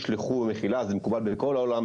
זה מקובל בכל העולם,